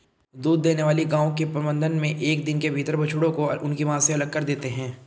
दूध देने वाली गायों के प्रबंधन मे एक दिन के भीतर बछड़ों को उनकी मां से अलग कर देते हैं